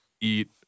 eat